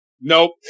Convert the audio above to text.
Nope